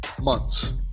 Months